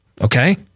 okay